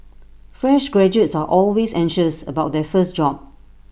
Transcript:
fresh graduates are always anxious about their first job